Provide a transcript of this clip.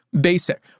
basic